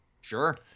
Sure